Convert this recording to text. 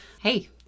Hey